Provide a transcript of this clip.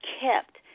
kept